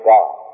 God